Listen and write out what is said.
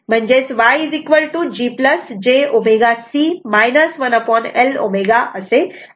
म्हणजेच YG j ω C 1L ω आहे